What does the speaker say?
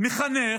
"מחנך",